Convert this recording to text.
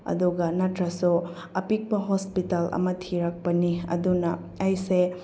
ꯑꯗꯨꯒ ꯅꯠꯇ꯭ꯔꯁꯨ ꯑꯄꯤꯛꯅ ꯍꯣꯁꯄꯤꯇꯥꯜ ꯑꯃ ꯊꯤꯔꯛꯄꯅꯤ ꯑꯗꯨꯅ ꯑꯩꯁꯦ